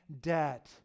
debt